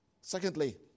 Secondly